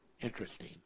interesting